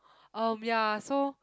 um ya so